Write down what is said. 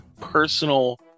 personal